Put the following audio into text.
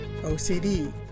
OCD